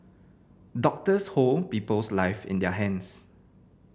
doctors hold people's lives in their hands